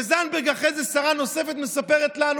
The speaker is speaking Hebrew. אחרי זה זנדברג, שרה נוספת, מספרת לנו